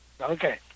Okay